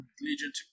legion